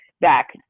back